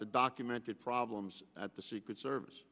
the documented problems at the secret service